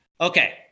Okay